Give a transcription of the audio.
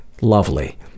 lovely